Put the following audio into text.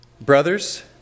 Brothers